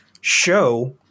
show